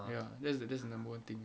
ya that's the that's the number one thing